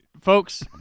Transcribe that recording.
folks